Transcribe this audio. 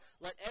let